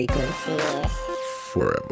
Forever